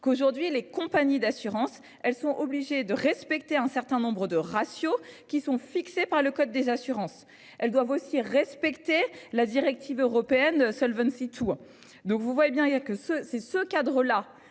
qu'aujourd'hui les compagnies d'assurance, elles sont obligés de respecter un certain nombre de ratios qui sont fixées par le code des assurances, elles doivent aussi respecter la directive européenne Solvency toi. Donc vous voyez bien il y a que ce c'est ce cadre-là.